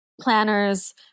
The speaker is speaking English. planners